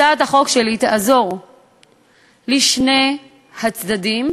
הצעת החוק שלי תעזור לשני הצדדים,